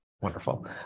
wonderful